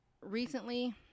recently